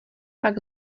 pak